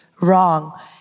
wrong